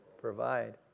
provide